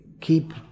keep